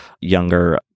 younger